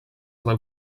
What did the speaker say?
del